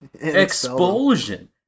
Expulsion